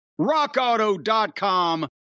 RockAuto.com